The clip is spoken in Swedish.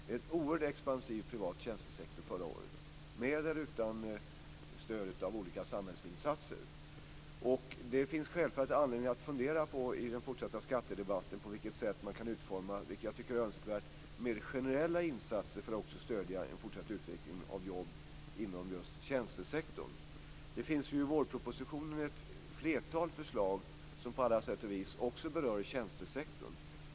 Det var en oerhört expansiv privat tjänstesektor förra året, med eller utan stöd av olika samhällsinsatser. Det finns självfallet anledning att i den fortsatta skattedebatten fundera på hur man kan utforma mer generella insatser, vilket jag tycker är önskvärt, för att stödja en fortsatt utveckling av jobb inom just tjänstesektorn. Det finns i vårpropositionen ett flertal förslag som på alla sätt och vis berör tjänstesektorn.